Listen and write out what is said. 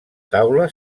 taula